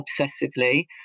obsessively